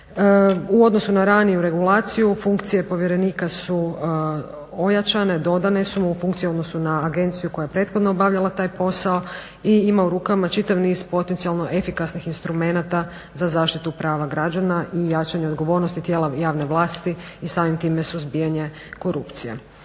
U odnosu na raniju regulaciju, funkcije povjerenika su ojačane, dodane su mu funkcije u odnosnu na agenciju koja je prethodno obavljala taj posao i ima u rukama čitav niz potencijalno efikasnih instrumenata za zaštitu prava građana i jačanja odgovornosti tijela javne vlasti i samim time suzbijanje korupcije.